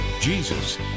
Jesus